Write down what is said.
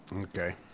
Okay